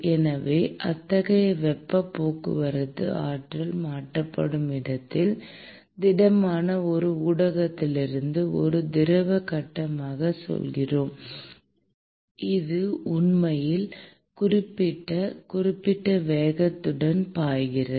எனவே அத்தகைய வெப்பப் போக்குவரத்து ஆற்றல் மாற்றப்படும் இடத்தில் திடமான ஒரு ஊடகத்திலிருந்து ஒரு திரவக் கட்டமாகச் சொல்கிறோம் இது உண்மையில் குறிப்பிட்ட குறிப்பிட்ட வேகத்துடன் பாய்கிறது